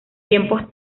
tiempos